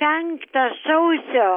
penktą sausio